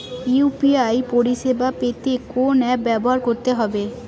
UPI পরিসেবা পেতে কোন অ্যাপ ব্যবহার করতে হবে?